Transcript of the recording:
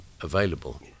available